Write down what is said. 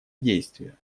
действия